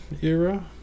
era